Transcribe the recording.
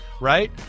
right